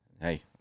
Hey